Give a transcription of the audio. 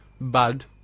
Bad